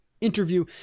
interview